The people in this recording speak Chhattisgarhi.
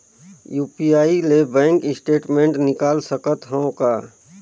यू.पी.आई ले बैंक स्टेटमेंट निकाल सकत हवं का?